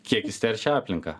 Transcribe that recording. kiek jis teršia aplinką